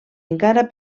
encara